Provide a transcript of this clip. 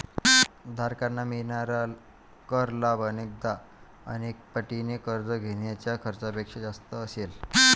धारकांना मिळणारा कर लाभ अनेकदा अनेक पटीने कर्ज घेण्याच्या खर्चापेक्षा जास्त असेल